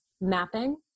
mapping